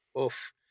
Oof